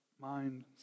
mind